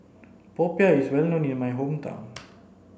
Popiah is well known in my hometown